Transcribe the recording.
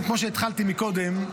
כמו שהתחלתי קודם,